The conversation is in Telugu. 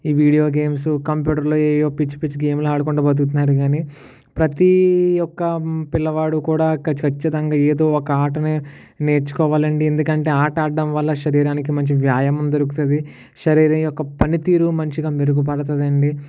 ఈ వీడియో గేమ్స్ కంప్యూటర్లో ఏవో పిచ్చి పిచ్చి గేములు ఆడుకుంటూ బతుకుతున్నారు కానీ ప్రతి ఒక్క పిల్లవాడు కూడా ఖచ్చితంగా ఏదో ఒక ఆటని నేర్చుకోవాలి అండి ఎందుకంటే ఆట ఆడడం వల్ల శరీరానికి మంచి వ్యాయామం దొరుకుతుంది శరీరం యొక్క పనితీరు మంచిగా మెరుగు పడుతుంది అండి